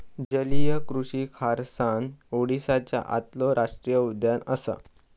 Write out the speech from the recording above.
जलीय कृषि खारसाण ओडीसाच्या आतलो राष्टीय उद्यान असा